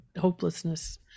hopelessness